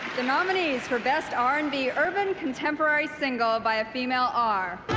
the nominees for best r and b, urban, contemporary single by a female are